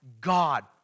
God